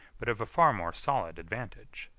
but of a far more solid advantage.